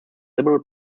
liberal